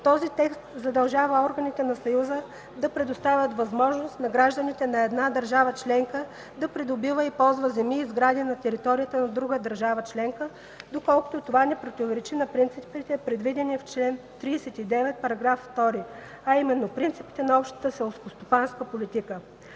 Този текст задължава органите на Съюза да „предоставят възможност на гражданин на една държава членка да придобива и ползва земи и сгради на територията на друга държава членка, доколкото това не противоречи на принципите, предвидени в чл. 39, § 2”, а именно принципите на Общата селскостопанска политика.